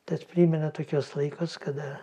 tad primena tokius laikus kada